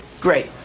Great